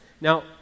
Now